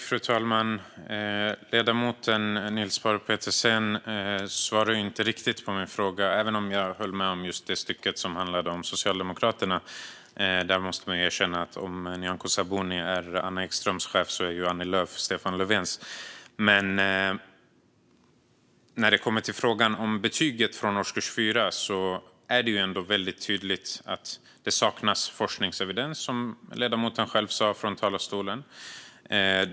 Fru talman! Ledamoten Niels Paarup-Petersen svarade inte riktigt på min fråga, även om jag höll med om just det stycke som handlade om Socialdemokraterna. Där måste man erkänna att om Nyamko Sabuni är Anna Ekströms chef är Annie Lööf Stefan Löfvens chef. När det kommer till frågan om betyg från årskurs 4 är det ändå väldigt tydligt att det saknas forskningsevidens, som ledamoten själv sa från talarstolen.